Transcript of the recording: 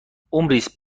ﻋﻤﺮﯾﺴﺖ